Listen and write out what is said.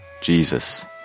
Jesus